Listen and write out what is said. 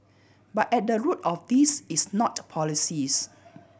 but at the root of this is not policies